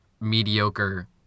mediocre